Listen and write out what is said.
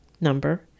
number